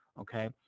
Okay